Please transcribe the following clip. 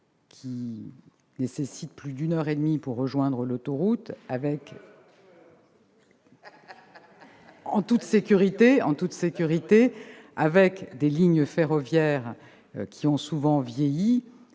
il faut plus d'une heure et demie pour rejoindre l'autoroute en toute sécurité et les lignes ferroviaires ont souvent vieilli.